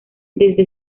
desde